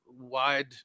wide